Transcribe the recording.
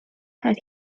had